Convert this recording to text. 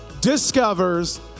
discovers